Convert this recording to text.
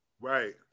Right